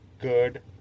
good